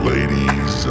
Ladies